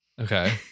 Okay